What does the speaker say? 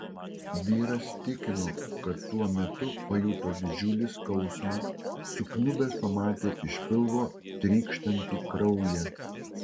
vyras tikino kad tuo metu pajuto didžiulį skausmą sukniubęs pamatė iš pilvo trykštantį kraują